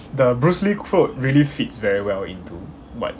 the bruce lee quote really fits very well into what